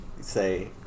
say